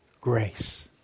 grace